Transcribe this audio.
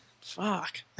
fuck